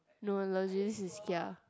no legit this is kia